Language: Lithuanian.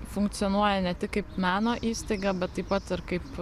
funkcionuoja ne tik kaip meno įstaiga bet taip pat ir kaip